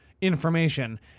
information